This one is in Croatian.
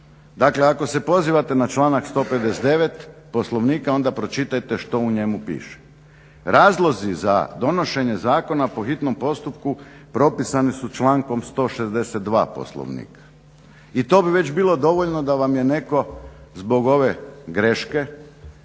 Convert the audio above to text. Dakle ako se pozivate na članak 159. Poslovnika onda pročitajte što u njemu piše. Razlozi za donošenje zakona po hitnom postupku propisani su člankom 162. Poslovnika i to bi već bilo dovoljno da vam je netko zbog ove greške